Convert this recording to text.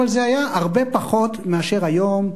אבל זה היה הרבה פחות מאשר היום,